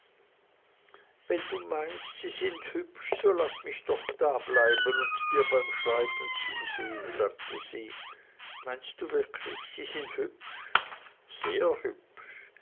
wenn du meinst sie sind hübsch so laß mich doch dableiben und dir beim schreiben zusehen sagte sie meinst du wirklich sie sind hübsch sehr hübsch